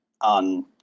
on